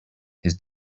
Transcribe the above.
his